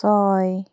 ছয়